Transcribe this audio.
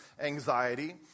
anxiety